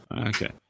Okay